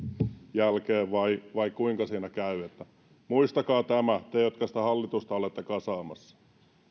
jälkeen vai vai kuinka siinä käy muistakaa tämä te jotka sitä hallitusta olette kasaamassa